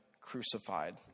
crucified